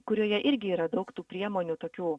kurioje irgi yra daug tų priemonių tokių